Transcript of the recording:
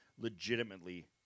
legitimately